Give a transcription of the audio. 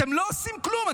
אתם לא עושים כלום.